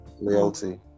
loyalty